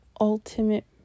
ultimate